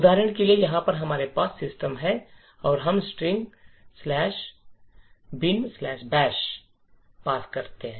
उदाहरण के लिए यहाँ पर हमारे पास सिस्टम है और हम string bin bash "binbash" pass कर रहे हैं